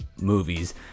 movies